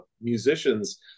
musicians